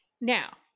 Now